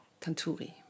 Tanturi